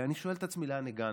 אני שואל את עצמי, לאן הגענו?